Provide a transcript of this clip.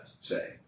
say